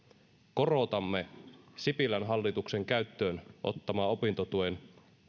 korotamme sipilän hallituksen käyttöön ottaman opintotuen